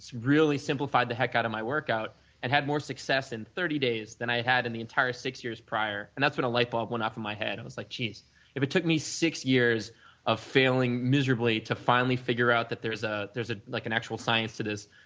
really simplified the heck out of my work out and had more success in thirty days, than i had in the entire six years prior and that is when a light bulb went off in my head. i was like geez, if it took me six years of failing miserably to finally figure-out that there is ah there is ah like an actual science to this,